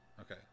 okay